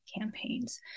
campaigns